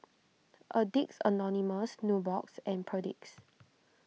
Addicts Anonymous Nubox and Perdix